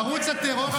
ערוץ הטרור אל-ג'זירה,